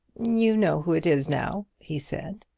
you know who it is now, he said.